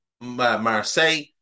Marseille